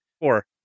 Four